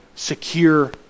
secure